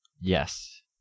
yes